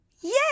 Yes